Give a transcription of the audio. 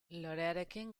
lorearekin